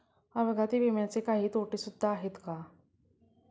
अपघाती विम्याचे काही तोटे सुद्धा आहेत का?